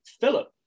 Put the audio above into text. Philip